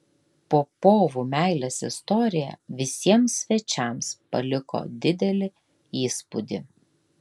popovų meilės istorija visiems svečiams paliko didelį įspūdį